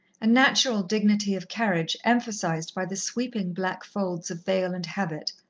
a natural dignity of carriage emphasized by the sweeping black folds of veil and habit,